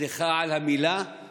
סליחה על המילה,